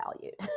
valued